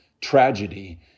tragedy